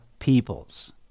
peoples